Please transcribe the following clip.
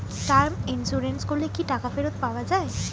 Term insurance করলে কি টাকা ফেরত পাওয়া যায়?